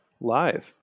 live